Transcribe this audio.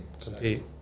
compete